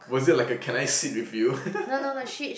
was it like a can I sit with you